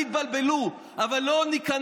אל תתבלבלו, אבל לא ניכנע.